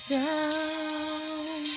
down